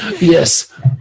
Yes